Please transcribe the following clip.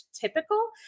typical